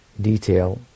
detail